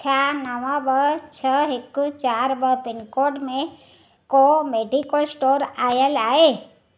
छा नव ॿ छ हिकु चारि ॿ पिनकोड में को मेडिकल स्टोर आयल आहे